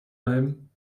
bleiben